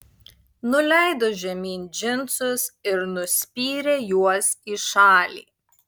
nuleido žemyn džinsus ir nuspyrė juos į šalį